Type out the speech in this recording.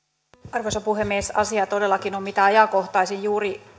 arvoisa puhemies asia todellakin on mitä ajankohtaisin juuri